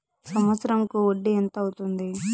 సంవత్సరం కు వడ్డీ ఎంత అవుతుంది?